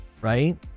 Right